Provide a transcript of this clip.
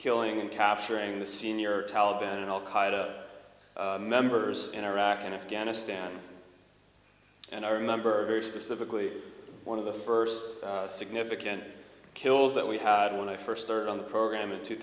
killing and capturing the senior taliban and al qaida members in iraq and afghanistan and i remember very specifically one of the first significant kills that we had when i first started on the program in two